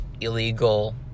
illegal